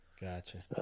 Gotcha